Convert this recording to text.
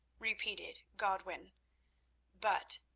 repeated godwin but,